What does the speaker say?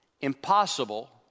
impossible